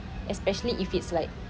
especially if it's like